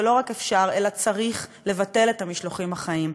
ולא רק אפשר אלא צריך לבטל את המשלוחים החיים.